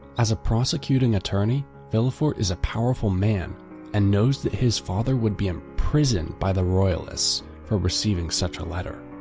as a prosecuting attorney, villefort is a powerful man and knows that his father would be imprisoned by the royalists for receiving such a letter.